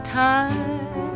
time